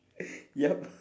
yup